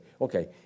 okay